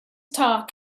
talk